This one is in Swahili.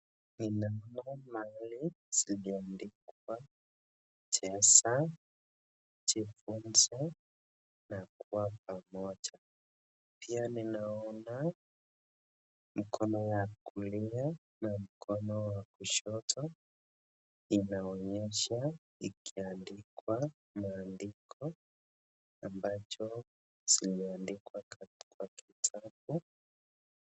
ninaona maandishi liloandikwa, cheza, jifunze na kuwa pamoja. Pia ninaona mkono ya kulia na mkono wa kushoto inaonyesha ikiandikwa maandiko ambacho ziliandikwa kwa kitabu.